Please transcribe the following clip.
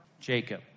Jacob